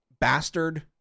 Bastard